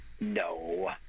No